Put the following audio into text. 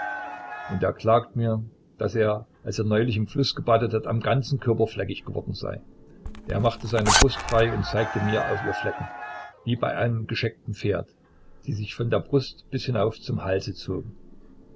und er klagte mir daß er als er neulich im flusse gebadet hatte am ganzen körper fleckig geworden sei er machte seine brust frei und zeigte mir auf ihr flecken wie bei einem gescheckten pferde die sich von der brust bis hinauf zum halse zogen